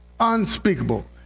unspeakable